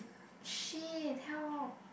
shit help